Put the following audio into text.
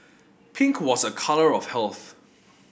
pink was a colour of health